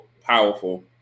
powerful